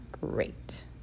Great